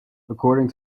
according